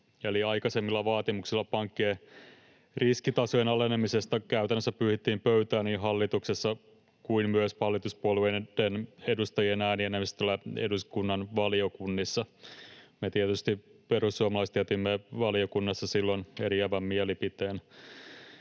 eli aikaisemmilla vaatimuksilla pankkien riskitasojen alenemisesta käytännössä pyyhittiin pöytää niin hallituksessa kuin myös hallituspuolueiden edustajien äänienemmistöllä eduskunnan valiokunnissa. Me perussuomalaiset tietysti jätimme valiokunnassa silloin eriävän mielipiteen.